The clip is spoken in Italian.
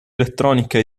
elettronica